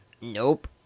Nope